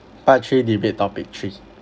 part three debate topic three